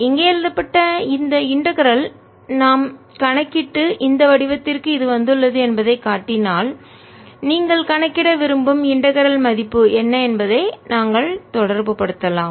இங்கே எழுதப்பட்ட இந்த இன்டகரல் ஒருங்கிணைப்பை நாம் கணக்கிட்டு இந்த வடிவத்திற்கு இது வந்துள்ளது என்பதை காட்டினால் நீங்கள் கணக்கிட விரும்பும் இன்டகரல் மதிப்பு என்ன என்பதை நாங்கள் தொடர்பு படுத்தலாம்